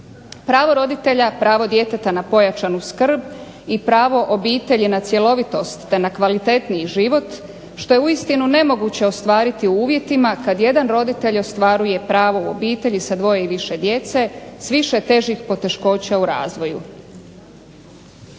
Pravo roditelja, pravo djeteta na pojačanu skrb i pravo obitelji na cjelovitost i na kvalitetniji život, što je uistinu nemoguće ostvariti u uvjetima kada jedan roditelj ostvaruje pravo u obitelji sa dvoje ili više djece s više težih poteškoća u razvoju.